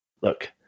Look